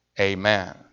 Amen